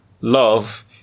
Love